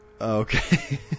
Okay